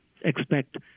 expect